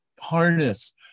harness